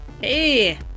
Hey